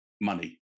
money